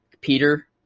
Peter